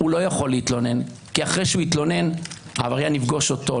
הוא לא יכול להתלונן כי אחרי שהוא יתלונן העבריין יפגוש אותו,